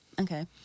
Okay